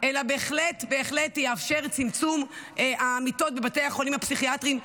אלא בהחלט בהחלט יאפשר צמצום המיטות בבתי החולים הפסיכיאטריים,